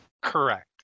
Correct